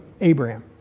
Abraham